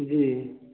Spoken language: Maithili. जी